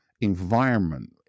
environment